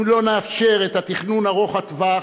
אם לא נאפשר את התכנון ארוך-הטווח